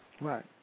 Right